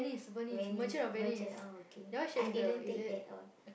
Venice Merchant oh okay I didn't take that all